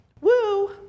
Woo